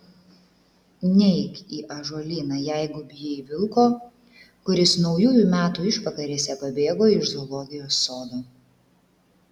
neik į ąžuolyną jeigu bijai vilko kuris naujųjų metų išvakarėse pabėgo iš zoologijos sodo